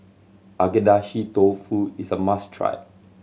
Agedashi Dofu is a must try